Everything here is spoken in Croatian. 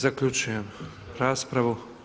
Zaključujem raspravu.